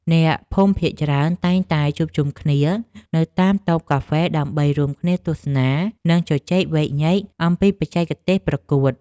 អ្នកភូមិភាគច្រើនតែងតែជួបជុំគ្នានៅតាមតូបកាហ្វេដើម្បីរួមគ្នាទស្សនា និងជជែកវែកញែកអំពីបច្ចេកទេសប្រកួត។